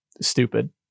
stupid